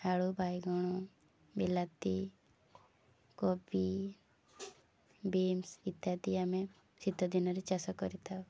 ଆଳୁ ବାଇଗଣ ବିଲାତି କୋବି ବିନ୍ସ ଇତ୍ୟାଦି ଆମେ ଶୀତ ଦିନରେ ଚାଷ କରିଥାଉ